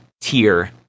tier